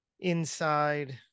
inside